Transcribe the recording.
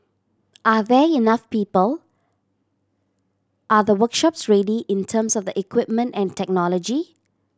are there enough people are the workshops ready in terms of the equipment and technology